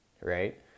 right